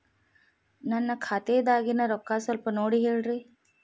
ನನ್ನ ಖಾತೆದಾಗಿನ ರೊಕ್ಕ ಸ್ವಲ್ಪ ನೋಡಿ ಹೇಳ್ರಿ